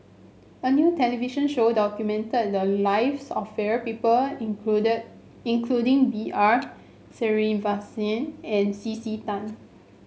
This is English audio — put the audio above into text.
a new television show documented the lives of various people included including B R Sreenivasan and C C Tan